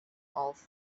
auf